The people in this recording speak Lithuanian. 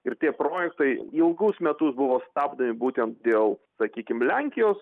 ir tie projektai ilgus metus buvo stabdomi būtent dėl sakykim lenkijos